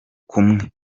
kumwe